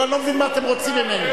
אני לא מבין מה אתם רוצים ממני.